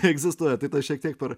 neegzistuoja tai tas šiek tiek per